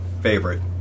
favorite